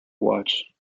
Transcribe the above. watch